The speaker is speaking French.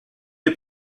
est